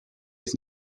his